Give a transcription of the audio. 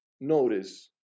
notice